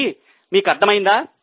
కాబట్టి మీకు అర్థమైందా